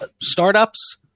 startups